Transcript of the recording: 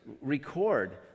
record